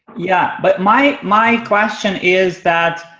yeah, but my my question is that,